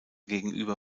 gegenüber